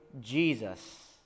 jesus